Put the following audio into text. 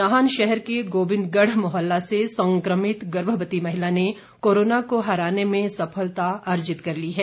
नाहन शहर के गोविंदगढ़ मोहल्ला की संक्रमित गर्भवती महिला ने कोरोना को हराने में सफलता अर्जित कर ली है